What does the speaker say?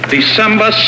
December